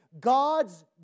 God's